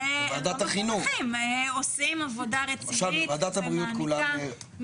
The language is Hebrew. חברי הוועדה עושים עבודה רצינית ומעמיקה.